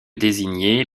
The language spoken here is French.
désigner